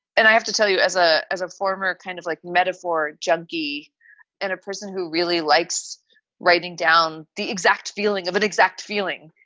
and i have to tell you, as a as a former kind of like metaphore juggy and a person who really likes writing down the exact feeling of an exact feeling.